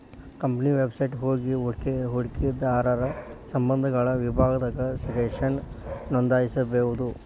company website ಹೋಗಿ ಹೂಡಕಿದಾರರ ಸಂಬಂಧಗಳ ವಿಭಾಗದಾಗ ಷೇರನ್ನ ನೋಂದಾಯಿಸಬೋದು